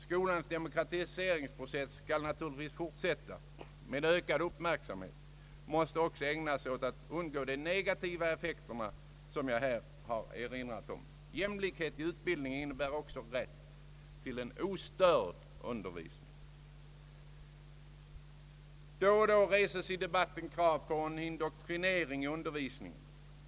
Skolans demokratiseringsprocess skall naturligtvis fortsätta, men ökad uppmärksamhet måste också ägnas åt att undgå de negativa effekter som jag här har erinrat om. Jämlikhet i utbildningen innebär också rätt till en ostörd undervisning. Då och då reses i debatten krav på en indoktrinering i undervisningen.